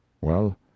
Well